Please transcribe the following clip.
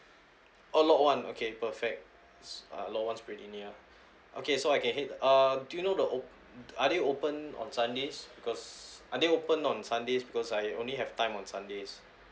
oh lot one okay perfect uh lot one is pretty near okay so I can head uh do you know the o~ are they opened on sundays because are they opened on sundays because I only have time on sundays